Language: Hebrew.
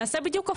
נעשה בדיוק הפוך.